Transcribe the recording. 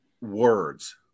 words